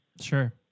Sure